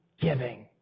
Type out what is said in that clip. giving